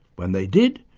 when they did,